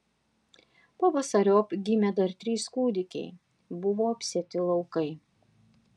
pavasariop gimė dar trys kūdikiai buvo apsėti laukai